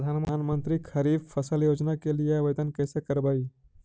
प्रधानमंत्री खारिफ फ़सल योजना के लिए आवेदन कैसे करबइ?